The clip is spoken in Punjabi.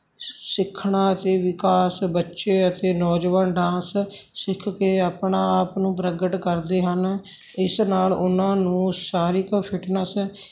ਸਿੱਖਣਾ ਅਤੇ ਵਿਕਾਸ ਬੱਚੇ ਅਤੇ ਨੌਜਵਾਨ ਡਾਂਸ ਸਿੱਖ ਕੇ ਆਪਣੇ ਆਪ ਨੂੰ ਪ੍ਰਗਟ ਕਰਦੇ ਹਨ ਇਸ ਨਾਲ ਉਹਨਾਂ ਨੂੰ ਸਰੀਰਕ ਫਿਟਨੈਸ